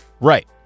Right